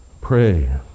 Pray